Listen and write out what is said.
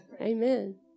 Amen